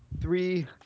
three